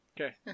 Okay